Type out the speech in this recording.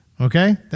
Okay